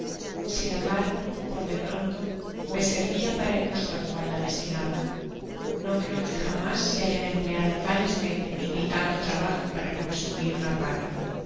sin embargo por de pronto me servia para el uso al cual la destinaba no creo nue jamás se hayan empleado tales medios ni tanto trabajo para construir una pala